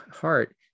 heart